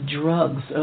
drugs